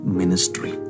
ministry